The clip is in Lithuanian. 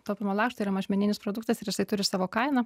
taupymo lakštai yra mažmeninis produktas ir jisai turi savo kainą